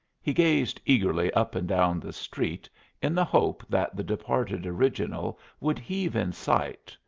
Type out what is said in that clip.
he gazed eagerly up and down the street in the hope that the departed original would heave in sight,